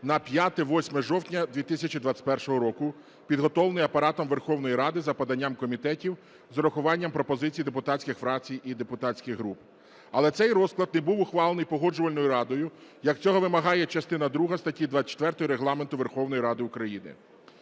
на 5-8 жовтня 2021 року, підготовлений Апаратом Верховної Ради за поданням комітетів з урахуванням пропозицій депутатських фракцій і депутатських груп. Але цей розклад не був ухвалений Погоджувальною Радою, як цього вимагає частина друга статті 24 Регламенту Верховної Ради України.